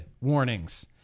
warnings